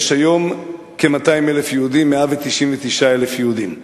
יש היום כ-200,000 יהודים, 199,000 יהודים.